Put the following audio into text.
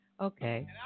Okay